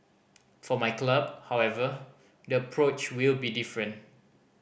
for my club however the approach will be different